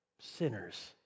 sinners